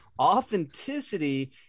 Authenticity